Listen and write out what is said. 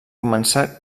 començar